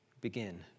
begin